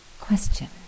question